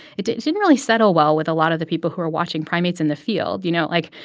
it it didn't really settle well with a lot of the people who were watching primates in the field. you know, like,